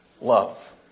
love